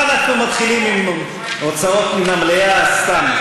נו, מה, אנחנו מתחילים עם הוצאות מן המליאה סתם.